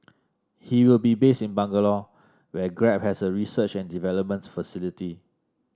he will be based in Bangalore where Grab has a research and development facility